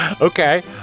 Okay